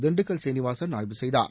திண்டுக்கல் சீனிவாசன் ஆய்வு செய்தார்